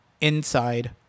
inside